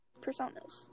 personas